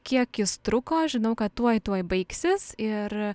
kiek jis truko aš žinau kad tuoj tuoj baigsis ir